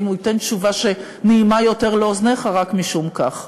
הוא ייתן תשובה שנעימה יותר לאוזניך רק משום כך.